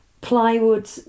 plywood